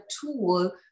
tool